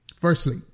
Firstly